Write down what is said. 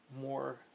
more